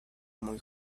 muy